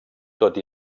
tot